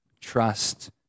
trust